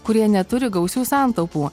kurie neturi gausių santaupų